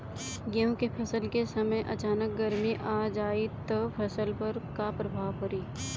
गेहुँ के फसल के समय अचानक गर्मी आ जाई त फसल पर का प्रभाव पड़ी?